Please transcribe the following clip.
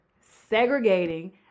segregating